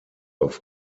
auf